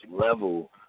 level